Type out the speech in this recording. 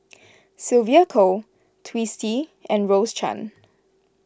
Sylvia Kho Twisstii and Rose Chan